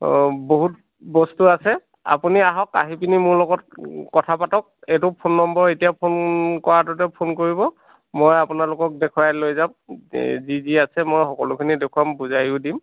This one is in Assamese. ত' বহুত বস্তু আছে আপুনি আহক আহিপেনি মোৰ লগত কথা পাতক এইটো ফোন নম্বৰ এতিয়া ফোন কৰাটোতে ফোন কৰিব মই আপোনালোকক দেখুৱাই লৈ যাম যি যি আছে মই সকলোখিনি দেখুৱাম বুজাইয়ো দিম